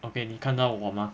okay 你看到我吗